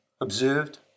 observed